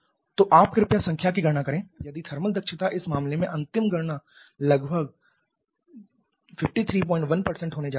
तो आप कृपया संख्या की गणना करें यदि थर्मल दक्षता इस मामले में अंतिम गणना लगभग 531 होने जा रही है